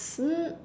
uh